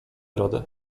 radę